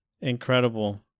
Incredible